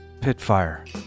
Pitfire